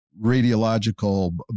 radiological